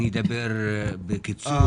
אני אדבר בקיצור,